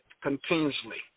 continuously